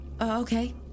Okay